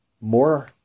more